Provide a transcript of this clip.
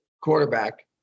quarterback